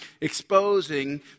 exposing